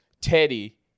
Teddy